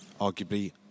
arguably